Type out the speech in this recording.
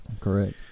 Correct